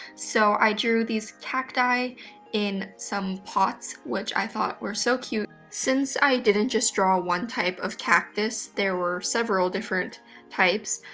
so, i drew these cacti in some pots, which i thought were so cute. since i didn't just draw one type of cactus, there were several different types.